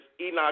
Enoch